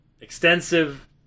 extensive